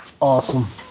Awesome